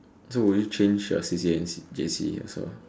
so will you change your C_C_A in J_C also